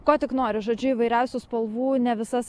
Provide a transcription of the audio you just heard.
ko tik nori žodžiu įvairiausių spalvų ne visas